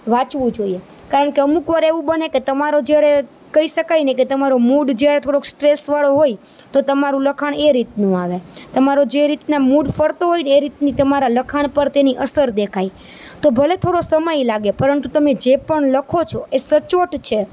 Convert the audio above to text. વાંચવું જોઈએ કારણકે અમુક વાર એવું બને કે તમારો જ્યારે કઈ શકાય ને કે તમારો મૂડ જ્યારે થોડો સ્ટ્રેસ વાળો હોય તો તમારું લખાણ એ રીતનું આવે તમારો જે રીતના મૂળ ફરતો હોયને એ રીતની તમારા લખાણ પર તેની અસર દેખાય તો ભલે થોડો સમય લાગે પરંતુ તમે જે પણ લખો છો તો એ સચોટ છે